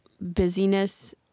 busyness